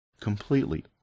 completely